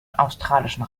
australischen